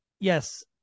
Yes